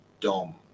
dom